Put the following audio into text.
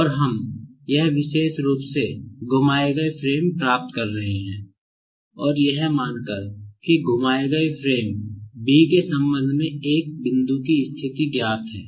और हम यह विशेष रूप से घुमाए गए फ्रेम प्राप्त कर रहे हैं और यह मानकर कि घुमाए गए फ्रेम B के संबंध में एक बिंदु की स्थिति ज्ञात है